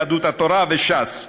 יהדות התורה וש"ס.